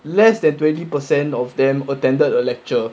less than twenty percent of them attended a lecture